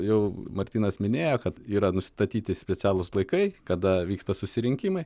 jau martynas minėjo kad yra nustatyti specialūs laikai kada vyksta susirinkimai